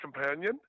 Companion